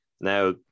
Now